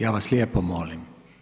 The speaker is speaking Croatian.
Ja vas lijepo molim.